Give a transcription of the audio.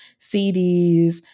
CDs